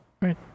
right